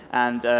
and